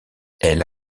elle